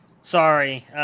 Sorry